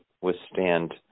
withstand